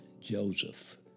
Joseph